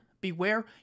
beware